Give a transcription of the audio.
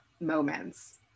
moments